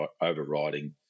overriding